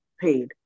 paid